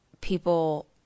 people